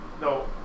no